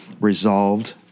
resolved